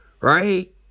Right